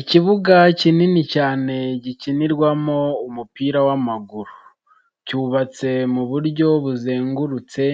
Ikibuga kinini cyane gikinirwamo umupira w'amaguru, cyubatse mu buryo buzengurutse